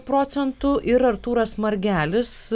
procentų ir artūras margelis